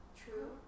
true